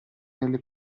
nelle